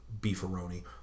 Beefaroni